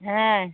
হ্যাঁ